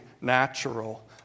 natural